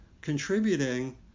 contributing